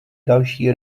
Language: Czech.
další